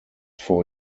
four